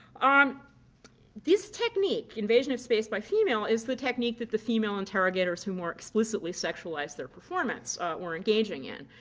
ah um this technique invasion of space by female is the technique that the female interrogators who more explicitly sexualized their performance were engaging in.